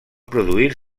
produir